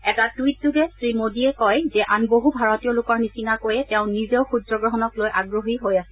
এটা টুইটযোগে শ্ৰীমোদীয়ে কয় যে আন বহু ভাৰতীয় লোকৰ নিচিনাকৈয়ে তেওঁ নিজেও সূৰ্যগ্ৰহণক লৈ আগ্ৰহী লৈ আছিল